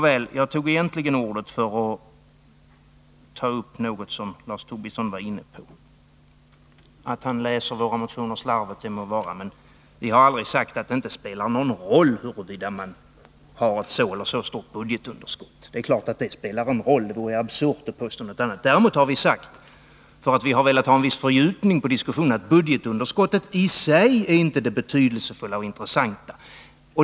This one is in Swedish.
Jag begärde egentligen ordet för att ta upp något annat som Lars Tobisson var inne på. Att han läser våra motioner slarvigt må vara hänt, men vi Har aldrig sagt att det inte spelar någon roll om man har ett så eller så stort budgetunderskott. Det är klart att det spelar roll, det vore absurt att påstå något annat. Däremot har vi sagt, eftersom vi har velat ha en viss fördjupning av diskussionen, att budgetunderskott i sig inte är det betydelsefulla och intressanta.